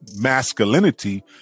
Masculinity